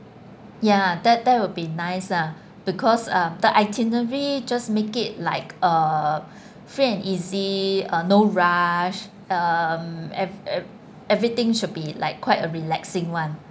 ya that that would be nice lah because uh the itinerary just make it like a free and easy uh no rush um everything should be like quite a relaxing [one]